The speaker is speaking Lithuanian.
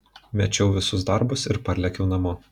mečiau visus darbus ir parlėkiau namo